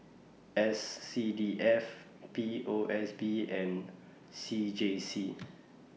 S C D F P O S B and C J C